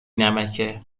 نمکه